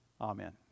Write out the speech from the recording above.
Amen